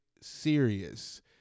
serious